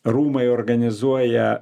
rūmai organizuoja